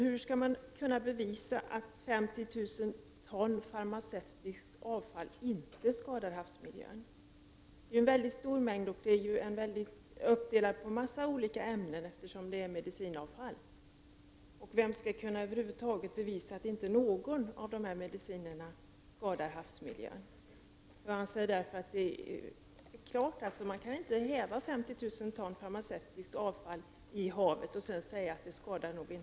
Hur skall man kunna bevisa att 50 000 ton farmaceutiskt av fall inte skadar havsmiljön? Det är ju en mycket stor mängd, och den är uppdelad på väldigt många ämnen, eftersom det är fråga om medicinavfall. Vem skall över huvud taget kunna bevisa att inte någon av dessa mediciner skadar havsmiljön? Jag anser att det är klart att man inte kan häva 50 000 ton farmaceutiskt avfall i havet och sedan säga att det nog inte skadar miljön.